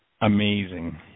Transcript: amazing